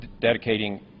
dedicating